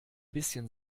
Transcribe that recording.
bisschen